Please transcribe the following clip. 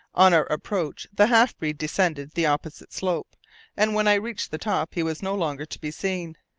on our approach the half-breed descended the opposite slope and when i reached the top he was no longer to be seen.